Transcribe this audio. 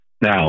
Now